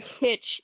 hitch